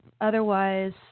Otherwise